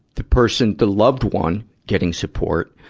the person, the loved one, getting support,